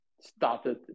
started